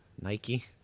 Nike